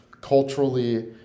culturally